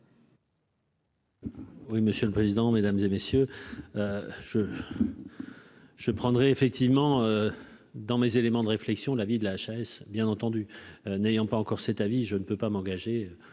Oui, monsieur le président, Mesdames et messieurs, je je prendrai effectivement dans mes éléments de réflexion, l'avis de la HAS, bien entendu, n'ayant pas encore cet avis : je ne peux pas m'engager